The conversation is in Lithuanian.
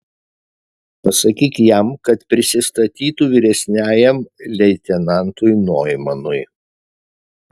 pasakyk jam kad prisistatytų vyresniajam leitenantui noimanui